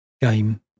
game